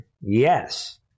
Yes